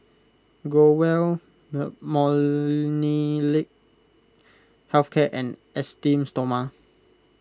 Growell the Molnylcke Health Care and Esteem Stoma